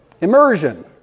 Immersion